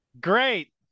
Great